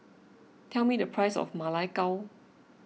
tell me the price of Ma Lai Gao